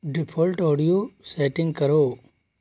default audio setting करो